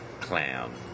Clown